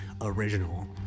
original